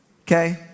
Okay